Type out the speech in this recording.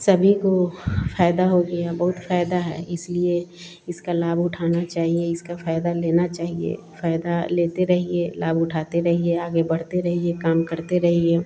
सभी को फ़ायदा हो गया बहुत फ़ायदा है इसलिए इसका लाभ उठाना चाहिए इसका फ़ायदा लेना चाहिए फ़ायदा लेते रहिए लाभ उठाते रहिए आगे बढ़ते रहिए काम करते रहिए